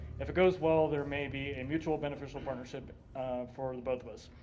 if it goes well, there may be a mutually beneficial partnership for the both of us.